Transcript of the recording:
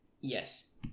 Yes